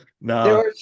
no